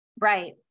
Right